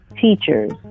teachers